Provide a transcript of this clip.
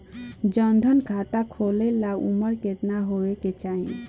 जन धन खाता खोले ला उमर केतना होए के चाही?